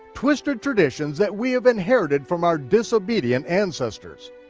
twisted traditions that we have inherited from our disobedient ancestors.